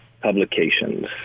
publications